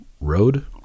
road